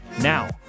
Now